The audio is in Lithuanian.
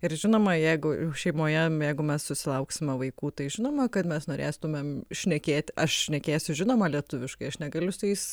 ir žinoma jeigu šeimoje jeigu mes susilauksime vaikų tai žinoma kad mes norėtumėm šnekėti aš šnekėsiu žinoma lietuviškai aš negaliu su jais